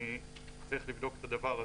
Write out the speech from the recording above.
ואני צריך לבדוק את הדבר הזה.